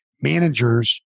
managers